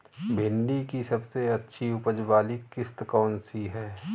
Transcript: भिंडी की सबसे अच्छी उपज वाली किश्त कौन सी है?